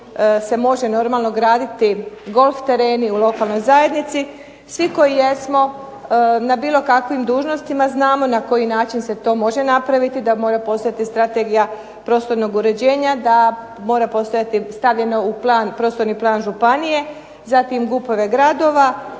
se normalno može graditi golf tereni u lokalnoj zajednici. Svi koji jesmo na bilo kakvim dužnostima znamo na koji način se to može napraviti, da mora postojati strategija prostornog uređenja, da mora biti stavljena u plan prostorni plan županije, zatim GUP-ove gradova